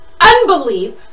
unbelief